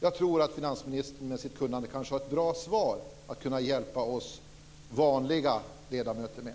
Jag tror att finansministern med sitt kunnande kanske har ett bra svar att hjälpa oss vanliga ledamöter med.